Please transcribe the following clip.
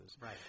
Right